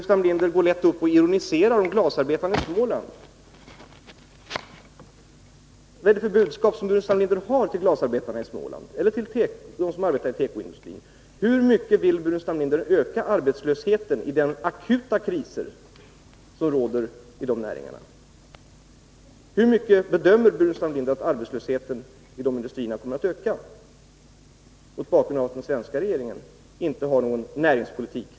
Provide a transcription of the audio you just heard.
Staffan Burenstam Linder ironiserar över glasarbetarna i Småland, men vilket är Staffan Burenstam Linders budskap till glasarbetarna eller till dem som arbetar i tekoindustrin? Hur mycket vill Staffan Burenstam Linder öka arbetslösheten för att komma till rätta med de akuta kriser som råder i de näringarna? Hur bedömer Staffan Burenstam Linder att arbetslösheten inom dessa industrier kommer att öka mot bakgrund av att den svenska regeringen inte har någon näringspolitik?